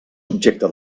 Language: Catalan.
objecte